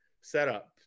setup